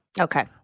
Okay